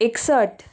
एकसठ